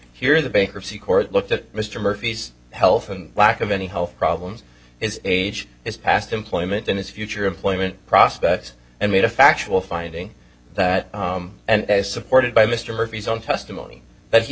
here the bankruptcy court looked at mr murphy's health and lack of any health problems is age is passed employment in his future employment prospects and made a factual finding that and is supported by mr murphy's own testimony that he